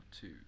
two